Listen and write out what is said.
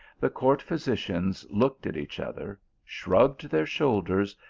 the court physicians looked at each other, shrugged their shoulders,